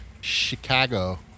Chicago